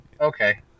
Okay